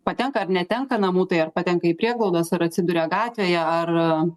patenka ar netenka namų tai ar patenka į prieglaudas ar atsiduria gatvėje ar